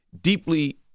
deeply